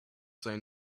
say